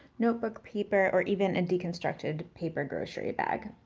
notebook paper, or even a deconstructed paper grocery bag.